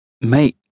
Mate